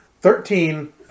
Thirteen